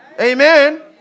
Amen